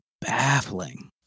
baffling